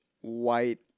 white